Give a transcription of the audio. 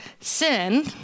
sin